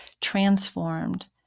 transformed